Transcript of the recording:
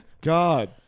God